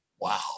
wow